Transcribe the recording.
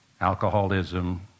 Alcoholism